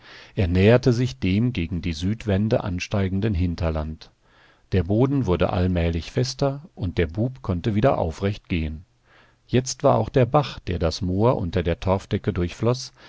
er näherte sich dem gegen die südwände ansteigenden hinterland der boden wurde allmählich fester und der bub konnte wieder aufrecht gehen jetzt war auch der bach der das moor unter der torfdecke